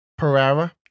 Pereira